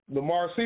Lamar